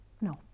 no